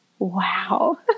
Wow